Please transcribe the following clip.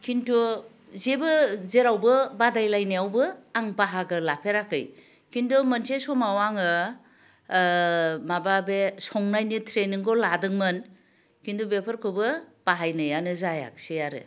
खिन्थु जेबो जेरावबो बादायलायनायाव आं बाहागो लाफेराखै खिन्थु मोनसे समाव आङो माबा बे संनायनि ट्रेनिंखौ लादोंमोन खिन्थु बेफोरखौबो बाहायनायानो जायाखिसै आरो